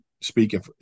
speaking